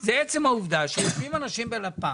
זה עצם העובדה שלפעמים אנשים בלפ"ם,